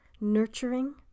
nurturing